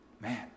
Man